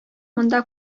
монда